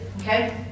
okay